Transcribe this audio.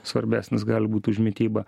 svarbesnis gali būt už mitybą